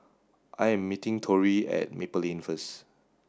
I am meeting Tori at Maple Lane first